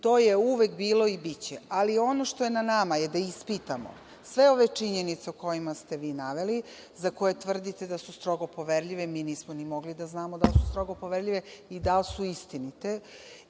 To je uvek bilo i biće. Ali ono što je na nama je da ispitamo sve ove činjenice koje ste vi naveli, za koje tvrdite da su strogo poverljive. Mi nismo ni mogli da znamo da su strogo poverljive i da li su istinite.